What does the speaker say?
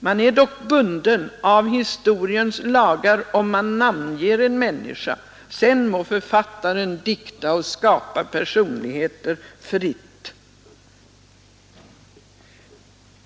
Man är dock bunden av historiens lagar, om man namnger en människa ur verkligheten. Sedan må författaren dikta och skapa personligheter fritt.